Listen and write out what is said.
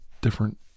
different